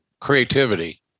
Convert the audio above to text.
creativity